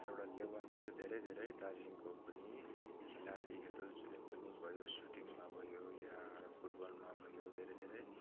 एउटा लेबलमा चाहिँ धेरै धेरै दार्जिलिङको पनि खिलाडीहरू जुनै पनि भयो सुटिङमा भयो या फुटबलमा भयो धेरै धेरै